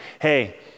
hey